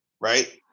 right